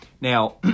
Now